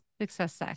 success